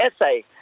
essay